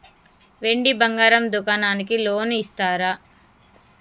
వెండి బంగారం దుకాణానికి లోన్ ఇస్తారా?